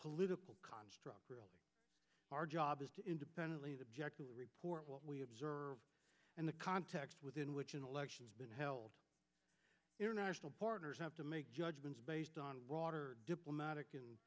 political construct our job is to independently to report what we observe and the context within which an election has been held international partners have to make judgments based on broader diplomatic and